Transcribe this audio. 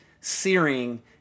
searing